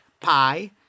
Pi